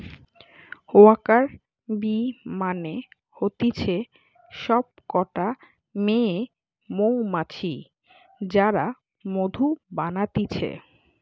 worker bee মানে হতিছে সব কটা মেয়ে মৌমাছি যারা মধু বানাতিছে